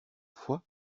fois